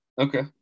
Okay